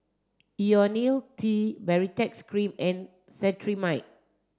Ionil T Baritex cream and Cetrimide